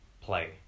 play